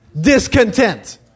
Discontent